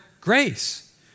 grace